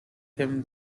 him